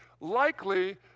likely